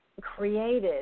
created